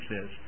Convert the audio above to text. says